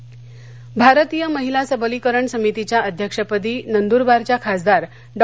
गावित नंदरबार भारतीय महिला सबलीकरण समितीच्या अध्यक्षपदी नंदुरबारच्या खासदार डॉ